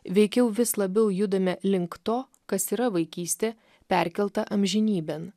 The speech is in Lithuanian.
veikiau vis labiau judame link to kas yra vaikystė perkelta amžinybėn